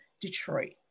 Detroit